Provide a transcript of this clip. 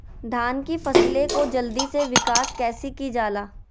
धान की फसलें को जल्दी से विकास कैसी कि जाला?